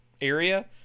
area